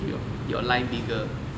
yo~ your line bigger